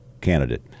candidate